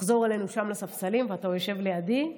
שתחזור אלינו שם לספסלים, ואתה יושב לידי,